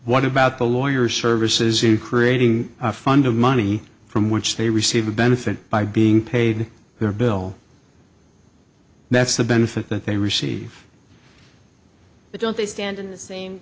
what about the lawyers services in creating a fund of money from which they receive a benefit by being paid their bill that's the benefit that they receive but don't they